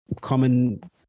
common